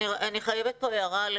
אני חייבת פה הערה.